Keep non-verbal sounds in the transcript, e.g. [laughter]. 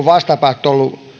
[unintelligible] vastapäätä